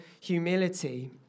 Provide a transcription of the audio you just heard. humility